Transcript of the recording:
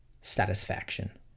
satisfaction